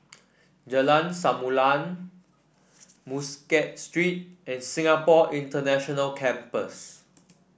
Jalan Samulun Muscat Street and Singapore International Campus